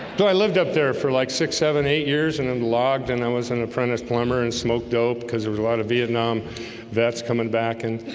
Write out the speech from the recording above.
though i lived up there for like six seven eight years and i'm logged and i was an apprentice plumber and smoked dope because there was a lot of vietnam that's coming back and